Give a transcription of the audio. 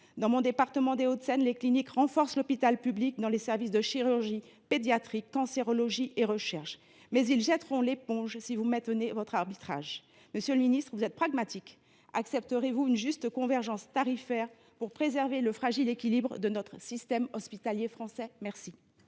Dans mon département des Hauts de Seine, les cliniques renforcent l’hôpital public dans les services de chirurgie pédiatrique, de cancérologie ou de recherche. Mais elles jetteront l’éponge si vous maintenez votre arbitrage. Monsieur le ministre, vous êtes pragmatique. Accepterez vous une juste convergence tarifaire pour préserver le fragile équilibre du système hospitalier français ? La